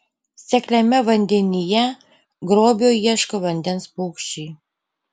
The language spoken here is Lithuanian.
sekliame vandenyje grobio ieško vandens paukščiai